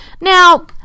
Now